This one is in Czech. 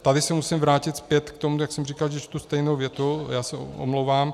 Tady se musím vrátit zpět k tomu, jak jsem říkal, že čtu stejnou větu, já se omlouvám.